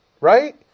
right